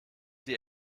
die